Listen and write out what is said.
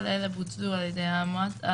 כל אלה בוטלו על ידי המועצה,